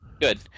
Good